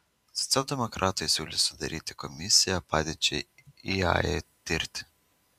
socialdemokratai siūlys sudaryti komisiją padėčiai iae tirti